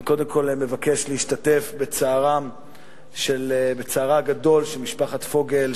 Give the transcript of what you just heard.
אני קודם כול מבקש להשתתף בצערה הגדול של משפחת פוגל,